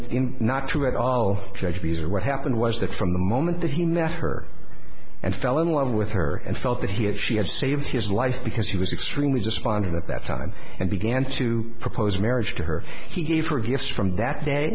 that's not true at all tragedies or what happened was that from the moment that he met her and fell in love with her and felt that he had she have saved his life because he was extremely despondent at that time and began to propose marriage to her he gave her gifts from that day